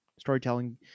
storytelling